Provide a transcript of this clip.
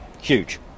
huge